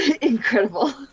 Incredible